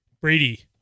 Brady